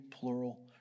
plural